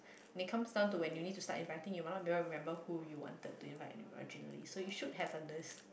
they comes down to when you start in writing you rather didn't remember who you wanted do you write about originally so you should have on this